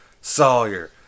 Sawyer